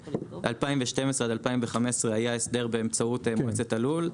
ב-2012 עד 2015 היה הסדר באמצעות מועצת הלול.